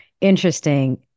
interesting